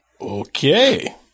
okay